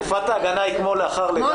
תקופת ההגנה היא כמו לאחר לידה.